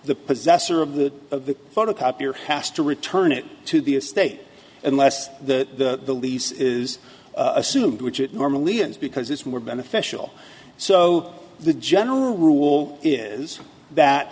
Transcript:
the possessor of the of the photocopier has to return it to the estate unless the lease is assumed which it normally is because it's more beneficial so the general rule is that